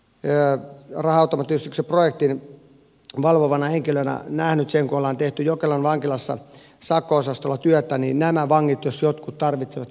yö varautunut ys yksi kaikkein valvovan henkilön on nähnyt jo ollaan tehty jokelan vankilassa sakko osastolla työtä niin nämä vangit jos jotkut tarvitsevat